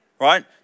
Right